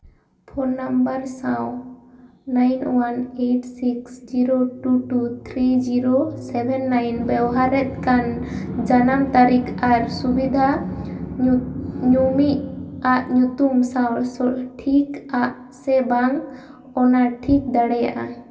phone number ᱥᱟᱶ nine one eight six zero two two three zero seven nine ᱵᱮᱵᱚᱦᱟᱨᱮᱫ ᱠᱟᱱ ᱡᱟᱱᱟᱢ ᱛᱟᱹᱨᱤᱠᱷ ᱟᱨ ᱥᱩᱵᱤᱫᱷᱟ ᱧᱩᱢᱤᱡ ᱟᱜ ᱧᱩᱛᱩᱢ ᱥᱟᱶ ᱥᱚᱴᱷᱤᱠ ᱟᱜ ᱥᱮ ᱵᱟᱝ ᱚᱱᱟ ᱴᱷᱤᱠ ᱫᱟᱲᱮᱭᱟᱜᱼᱟ